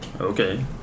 Okay